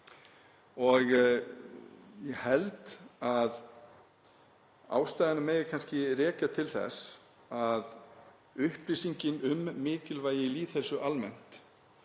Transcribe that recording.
Ég held að ástæðuna megi kannski rekja til þess að upplýsingin um mikilvægi lýðheilsu almennt